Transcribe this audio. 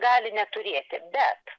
gali neturėti bet